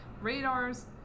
radars